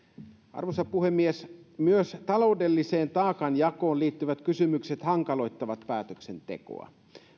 arvoisa puhemies myös taloudelliseen taakanjakoon liittyvät kysymykset hankaloittavat päätöksentekoa